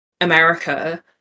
America